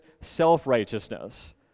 self-righteousness